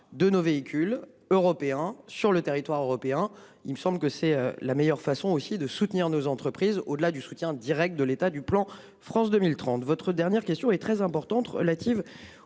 de nos véhicules européens sur le territoire européen. Il me semble que c'est la meilleure façon aussi de soutenir nos entreprises au-delà du soutien Direct de l'état du plan France 2030